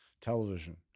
television